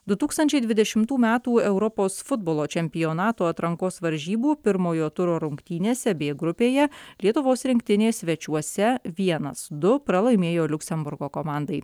du tūkstančiai dvidešimtų metų europos futbolo čempionato atrankos varžybų pirmojo turo rungtynėse bė grupėje lietuvos rinktinė svečiuose vienasdu pralaimėjo liuksemburgo komandai